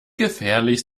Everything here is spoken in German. gefährlich